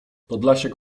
podlasiak